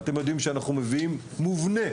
אתם יודעים שאנחנו מביאים באופן מובנה